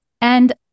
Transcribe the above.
And-